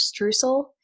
streusel